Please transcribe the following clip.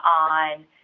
on –